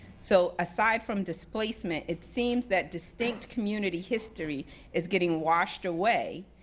so, aside from displacement, it seems that distinct community history is getting washed away,